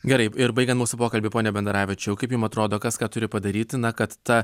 gerai ir baigiant mūsų pokalbį ponia bendaravičiau kaip jum atrodo kas ką turi padaryti na kad ta